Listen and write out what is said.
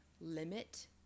limit